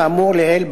כאמור לעיל,